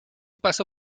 paso